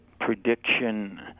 prediction